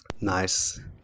Nice